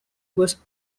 was